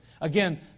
Again